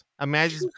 Imagine